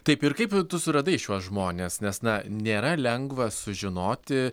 taip ir kaip tu suradai šiuos žmones nes na nėra lengva sužinoti